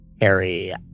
Harry